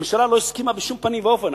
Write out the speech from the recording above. הממשלה לא הסכימה בשום פנים ואופן.